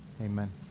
Amen